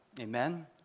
Amen